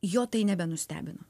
jo tai nebenustebino